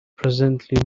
presently